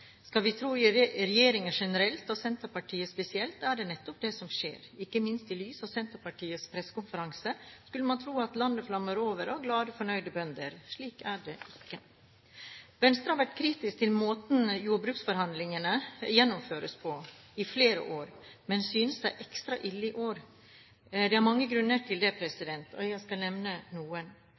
Skal vi tro regjeringen generelt og Senterpartiet spesielt, er det nettopp det som skjer. Ikke minst i lys av Senterpartiets pressekonferanse skulle man tro at landet flommet over av glade og fornøyde bønder. Slik er det ikke. Venstre har vært kritisk til måten jordbruksforhandlingene gjennomføres på, i flere år, men synes det er ekstra ille i år. Det er mange grunner til det. Jeg skal nevne noen: